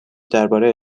درباره